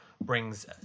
brings